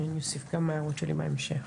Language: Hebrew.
ואני אוסיף כמה הערות שלי בהמשך.